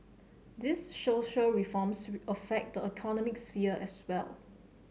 these social reforms affect the economic sphere as well